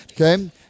Okay